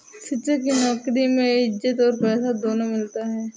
शिक्षक की नौकरी में इज्जत और पैसा दोनों मिलता है